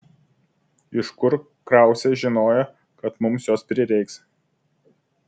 iš kur krauzė žinojo kad mums jos prireiks